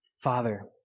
Father